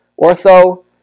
Ortho